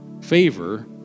favor